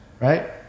right